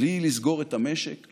בלי לסגור את המשק,